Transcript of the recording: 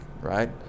right